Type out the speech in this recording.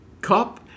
Cup